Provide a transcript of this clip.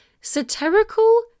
satirical